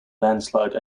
landslide